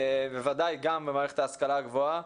בוודאי גם במערכת ההשכלה הגבוהה.